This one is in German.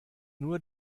nur